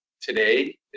today